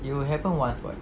it will happen once [what]